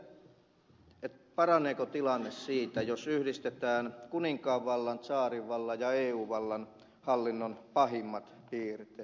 mutta en tiedä paraneeko tilanne siitä jos yhdistetään kuninkaanvallan tsaarinvallan ja eu vallan hallinnon pahimmat piirteet